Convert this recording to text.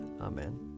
Amen